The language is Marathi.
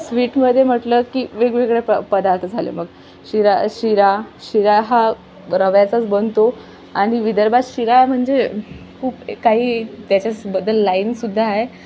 स्वीटमध्ये म्हटलं की वेगवेगळे प पदार्थ झाले मग शिरा शिरा शिरा हा रव्याचाच बनतो आणि विदर्भात शिरा म्हणजे खूप काही त्याच्याचबद्दल लाईन सुद्धा आहे